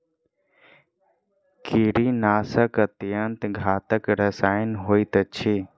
कीड़ीनाशक अत्यन्त घातक रसायन होइत अछि